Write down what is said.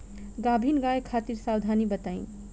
गाभिन गाय खातिर सावधानी बताई?